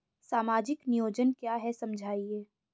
सामाजिक नियोजन क्या है समझाइए?